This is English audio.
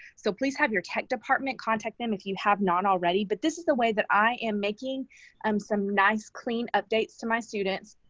so, please have your tech department contact them if you have not already. but this is the way that i am making um some nice, clean updates to my students.